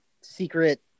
secret